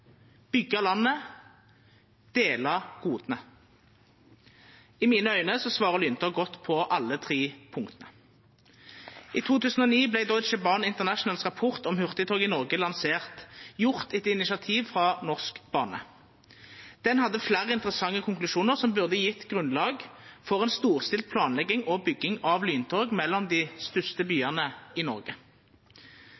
landet, dela goda. I mine auge svarar lyntog godt på alle tre punkta. I 2009 vart Deutsche Bahn Internationals rapport om hurtigtog i Noreg lansert, gjort etter initiativ frå Norsk Bane. Den hadde fleire interessante konklusjonar som burde ha gjeve grunnlag for ei storstilt planlegging og bygging av lyntog mellom dei største